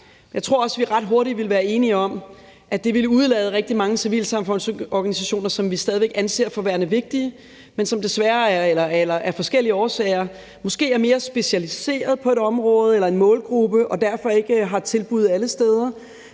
Jeg tror også, vi ret hurtigt ville være enige om, at det ville udelade rigtig mange civilsamfundsorganisationer, som vi stadig væk anser for værende vigtige, men som af forskellige årsager måske er mere specialiserede inden for et område eller en målgruppe og derfor ikke har tilbud alle steder.